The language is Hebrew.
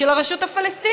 של הרשות הפלסטינית?